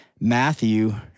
Matthew